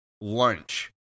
lunch